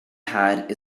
pad